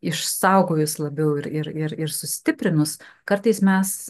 išsaugojus labiau ir ir sustiprinus kartais mes